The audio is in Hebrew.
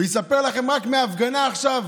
הוא יספר לכם, רק מההפגנה עכשיו,